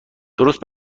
درست